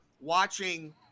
watching